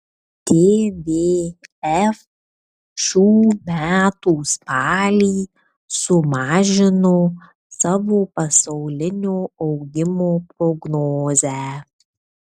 tvf šių metų spalį sumažino savo pasaulinio augimo prognozę